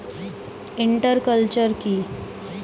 Inter culture কি?